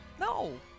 No